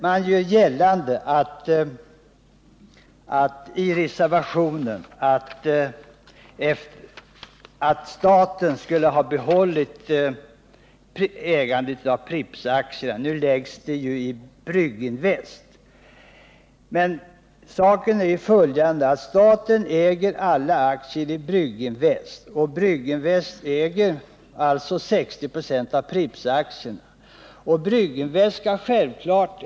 Man gör där gällande att staten borde ha behållit äganderätten till Prippsaktierna, men nu läggs ju den rätten i stället i Brygginvest AB. Staten äger emellertid samtliga aktier i Brygginvest, som alltså i sin tur äger 60 96 av Prippsaktierna.